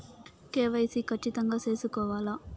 KYC ఖచ్చితంగా సేసుకోవాలా